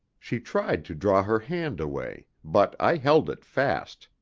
she tried to draw her hand away, but i held it fast,